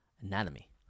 Anatomy